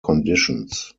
conditions